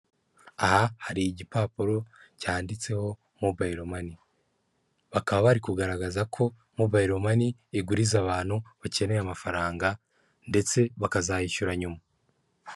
Aha hari igipapuro cyanditseho mobayilo mani, bakaba bari kugaragaza ko mobayilo mani iguriza abantu bakeneye amafaranga ndetse bakazayishyura nyuma.